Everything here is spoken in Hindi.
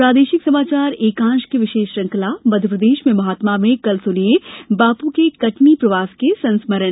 प्रादेशिक समाचार एकांश की विशेष श्रृंखला मध्यप्रदेश में महात्मा में कल सुनिये बापू के कटनी प्रवास के संस्मरण